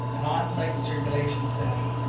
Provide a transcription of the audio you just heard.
an onsite circulation study.